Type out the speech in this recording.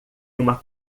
uma